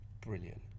brilliant